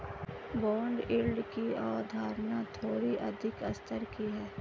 bond yield की अवधारणा थोड़ी अधिक स्तर की है